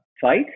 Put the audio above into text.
fight